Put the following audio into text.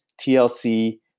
TLC